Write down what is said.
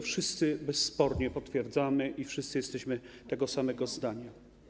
Wszyscy bezspornie to potwierdzamy i wszyscy jesteśmy tego samego zdania.